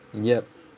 yup